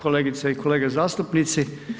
Kolegice i kolege zastupnici.